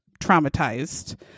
traumatized